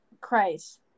Christ